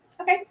Okay